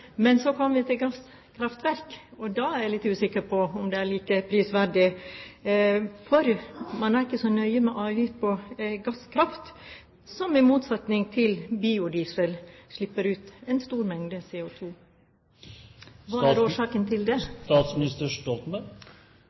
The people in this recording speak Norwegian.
Men så kommer vi til gasskraftverk, og da er jeg litt usikker på om det er like prisverdig, for man er ikke så nøye med avgift på gasskraft, som i motsetning til biodiesel fører til utslipp av en stor mengde CO2. Hva er årsaken til det?